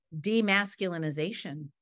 demasculinization